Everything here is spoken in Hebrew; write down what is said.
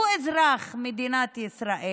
הוא אזרח מדינת ישראל,